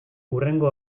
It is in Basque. hurrengo